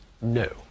No